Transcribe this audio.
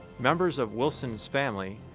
members of wilson's family,